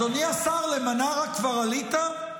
אדוני השר, למנרה כבר עלית?